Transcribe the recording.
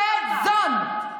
סזון.